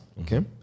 Okay